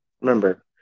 remember